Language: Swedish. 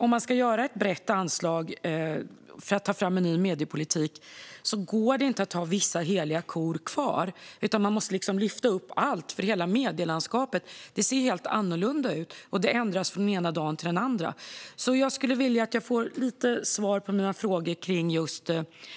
Om man ska ha ett brett anslag för att ta fram en ny mediepolitik går det inte att ha vissa heliga kor kvar, utan allt måste lyftas upp. Hela medielandskapet ser ju helt annorlunda ut och ändras från den ena dagen till den andra. Jag skulle vilja få lite svar på mina frågor om